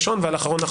ראשון ועל אחרון,